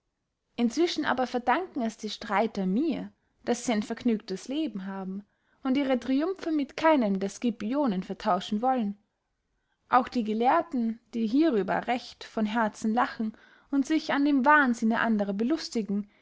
inzwischen aber verdanken es die streiter mir daß sie ein vergnügtes leben haben und ihre triumphe mit keinem der scipionen vertauschen wollen auch die gelehrten die hierüber recht von herzen lachen und sich an dem wahnsinne anderer belustigen